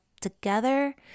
together